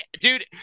dude